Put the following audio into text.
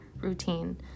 routine